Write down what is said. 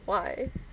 why